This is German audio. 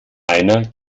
einer